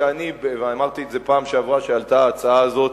אמרתי את זה בפעם שעברה שעלתה ההצעה הזאת